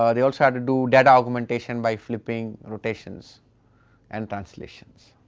ah they also have to do data augmentation by flipping, rotations and translations.